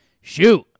shoot